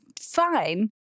fine